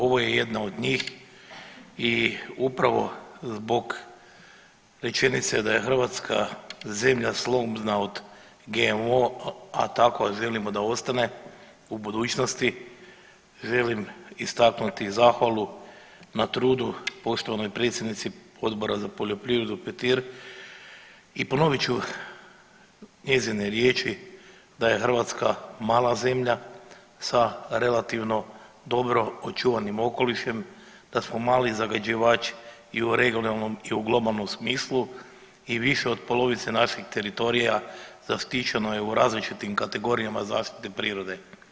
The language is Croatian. Ova je jedna od njih i upravo zbog rečenice da je Hrvatska zemlja slobodna od GMO a takva želimo da ostane u budućnosti želim istaknuti zahvalu na trudu poštovanoj predsjednici Odbora za poljoprivredu Petir i ponovit ću njezine riječi da je Hrvatska mala zemlja sa relativno dobro očuvanim okolišem, da smo mali zagađivači i u regionalnom i u globalnom smislu i više od polovice naših teritorija zaštićeno je u različitim kategorijama zaštite prirode.